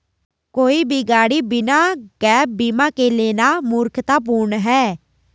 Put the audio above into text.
कोई भी गाड़ी बिना गैप बीमा के लेना मूर्खतापूर्ण है